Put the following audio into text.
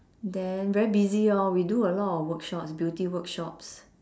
then very busy orh we do a lot of workshops beauty workshops